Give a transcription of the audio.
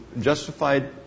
justified